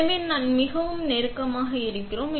எனவே நாம் மிகவும் நெருக்கமாக இருக்கிறோம்